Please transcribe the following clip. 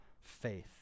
faith